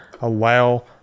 allow